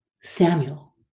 Samuel